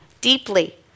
deeply